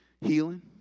healing